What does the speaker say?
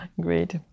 Great